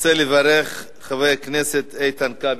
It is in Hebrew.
רוצה לברך חבר הכנסת איתן כבל.